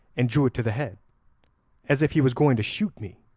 and drew it to the head as if he was going to shoot me.